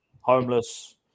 homeless